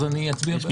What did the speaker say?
אז אני אצביע בעד.